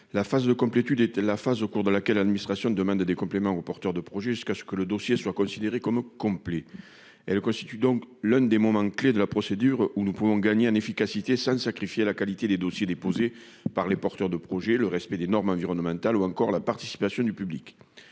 La phase de complétude est celle au cours de laquelle l'administration demande des compléments aux porteurs de projets, jusqu'à ce que le dossier soit considéré comme complet. Elle constitue donc l'un des moments-clés de la procédure, où nous pouvons gagner en efficacité, sans sacrifier la qualité des dossiers déposés par les porteurs de projets, le respect des normes environnementales ou encore la participation du public.